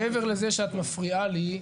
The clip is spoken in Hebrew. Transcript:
מעבר לזה שאת מפריעה לי,